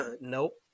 nope